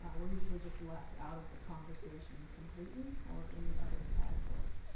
ah we're usually just left out of the conversation completely or in the other category.